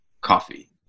coffee